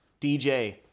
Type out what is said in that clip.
DJ